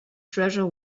treasure